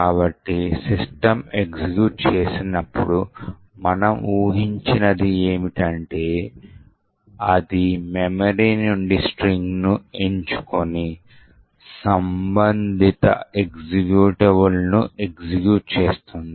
కాబట్టి system execute చేసినప్పుడు మనం ఊహించినది ఏమిటంటే అది మెమరీ నుండి స్ట్రింగ్ను ఎంచుకుని సంబంధిత ఎక్జిక్యూటబుల్ను ఎగ్జిక్యూట్ చేస్తుంది